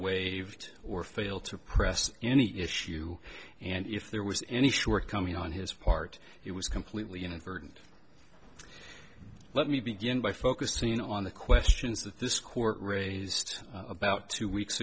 waived or fail to press any issue and if there was any sure coming on his part it was completely inadvertent let me begin by focusing on the questions that this court raised about two weeks